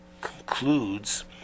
concludes